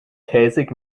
käsig